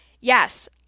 Yes